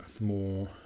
more